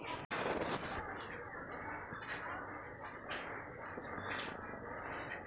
पांढऱ्या मातीत आंब्याची लागवड करता येईल का?